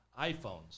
iPhones